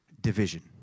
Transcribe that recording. Division